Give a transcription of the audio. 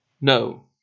No